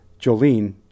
Jolene